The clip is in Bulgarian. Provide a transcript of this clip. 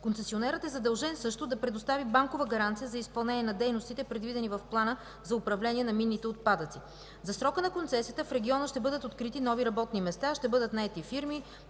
Концесионерът е задължен също да предостави банкова гаранция за изпълнение на дейностите, предвидени в плана за управление на минните отпадъци. За срока на концесията в региона ще бъдат открити нови работни места, ще бъдат наети фирми